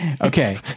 Okay